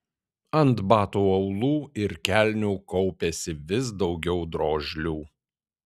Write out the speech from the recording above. ant batų aulų ir kelnių kaupėsi vis daugiau drožlių